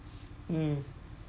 um